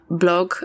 blog